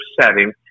setting